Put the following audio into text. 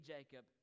Jacob